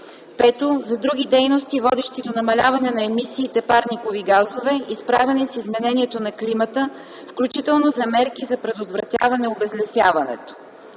5. за други дейности, водещи до намаляване на емисиите парникови газове и справяне с изменението на климата, включително за мерки за предотвратяване на обезлесяването.